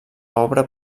obra